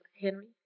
Henry